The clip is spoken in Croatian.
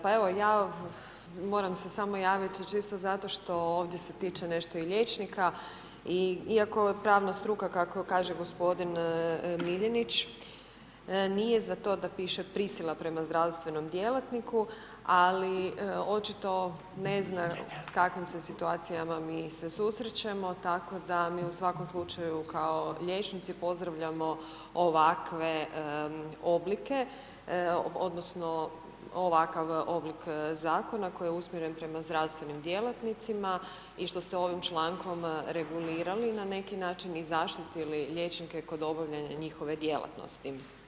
Pa evo ja moram se samo javiti čisto zašto što ovdje se tiče nešto i liječnika i iako je pravna struka kako kaže gospodin Miljenić nije za to da piše prisila prema zdravstvenom djelatniku ali očito ne zna s kakvim se situacijama mi se susrećemo tako da mi u svakom slučaju kao liječnici pozdravljamo ovakve oblike, odnosno ovakav oblik zakona koji je usmjeren prema zdravstvenim djelatnicima i što ste ovim člankom regulirali na neki način i zaštitili liječnike kod obavljanja njihove djelatnosti.